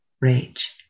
rage